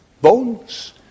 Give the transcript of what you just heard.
bones